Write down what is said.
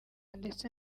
ndetse